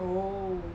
oh